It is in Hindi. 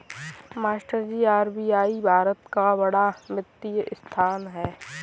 मास्टरजी आर.बी.आई भारत का बड़ा वित्तीय संस्थान है